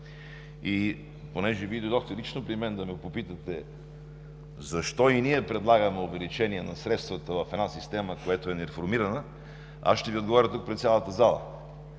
Понеже Вие дойдохте лично при мен да ме попитате защо и ние предлагаме увеличение на средствата в една система, която е нереформирана, аз ще Ви отговоря тук пред цялата зала: